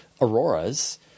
auroras